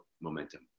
momentum